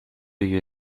you